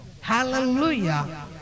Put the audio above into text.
Hallelujah